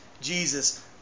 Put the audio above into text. jesus